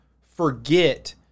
forget